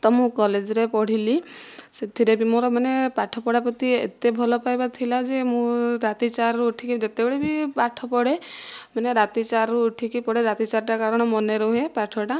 ତ ମୁଁ କଲେଜରେ ପଢ଼ିଲି ସେଥିରେ ବି ମୋର ମାନେ ପାଠ ପଢ଼ା ପ୍ରତି ଏତେ ଭଲପାଇବା ଥିଲା ଯେ ମୁଁ ରାତି ଚାରିରୁ ଉଠିକି ଯେତେବେଳେ ବି ପାଠପଢ଼େ ମାନେ ରାତି ଚାରିରୁ ଉଠିକି ପଢ଼େ ରାତି ଚାରିଟା କାରଣ ମନେ ରୁହେ ପାଠଟା